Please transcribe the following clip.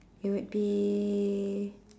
it would be